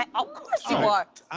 um ah course you are.